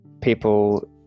people